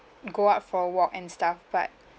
go out for a walk and stuff but